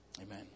Amen